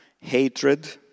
hatred